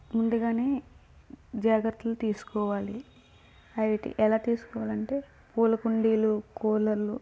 ముందుగానే జాగ్రత్తలు తీసుకోవాలి అవి ఎలా తీసుకోవాలి అంటె పూల కుండీలు కులర్లు